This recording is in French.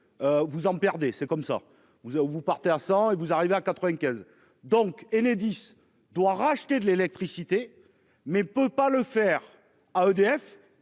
Vous en perdez c'est comme ça vous avez-vous par terre sans et vous arrivez à 95. Donc Enedis doit racheter de l'électricité mais peut pas le faire à EDF